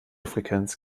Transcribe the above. frequenz